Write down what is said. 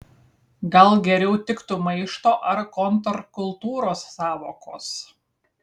gal geriau tiktų maišto ar kontrkultūros sąvokos